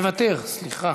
מוותר, סליחה.